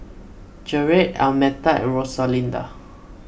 Gerrit Almeta and Rosalinda